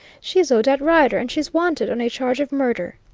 she's odette rider, and she's wanted on a charge of murder.